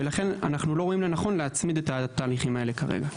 ולכן אנחנו לא רואים לנכון להצמיד את התהליכים האלה כרגע.